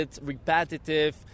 repetitive